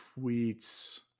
tweets